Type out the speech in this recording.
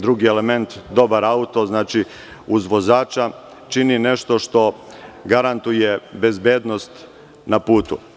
Drugi element, dobar auto, znači uz vozača čini nešto što garantuje bezbednost na putu.